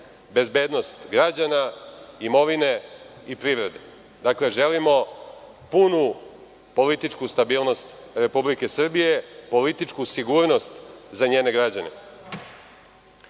bezbednost građana, imovine i privrede. Dakle, želimo punu političku stabilnost Republike Srbije, političku stabilnost Republike Srbije,